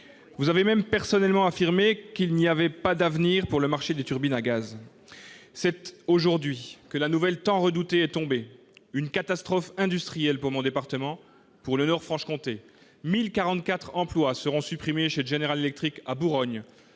Vous avez même personnellement affirmé qu'il n'y avait pas d'avenir pour le marché des turbines à gaz. C'est aujourd'hui que la nouvelle tant redoutée est tombée. Une catastrophe industrielle pour mon département et pour le nord de la Franche-Comté : 1 044 emplois seront supprimés par General Electric à Bourogne,